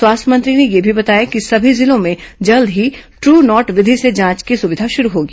स्वास्थ्य मंत्री ने यह भी बताया कि सभी जिलों में जल्द ही द्रू नॉट विधि से जांच की सुविधा शुरू होगी